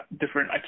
different